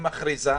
היא מכריזה,